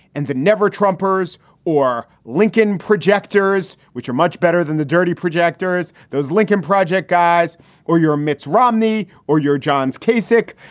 and the never trump powers or lincoln projectors, which are much better than the dirty projectors. those lincoln project guys or your mitt romney or your johns case, rick,